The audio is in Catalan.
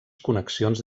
connexions